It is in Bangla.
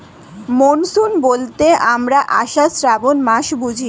মনসুন বলতে আমরা আষাঢ়, শ্রাবন মাস বুঝি